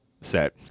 set